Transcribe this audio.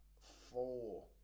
four